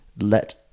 let